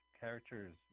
characters